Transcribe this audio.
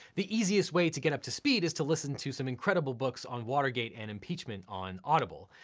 the easiest way to get up to speed is to listen to some incredible books on watergate and impeachment on audible.